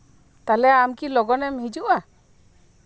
ᱛᱟᱦᱞᱮ ᱟᱢᱠᱤ ᱞᱚᱜᱚᱱ ᱮᱢ ᱦᱤᱡᱩᱜᱼᱟ